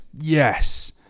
yes